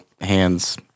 hands